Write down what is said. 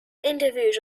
interviews